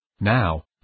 Now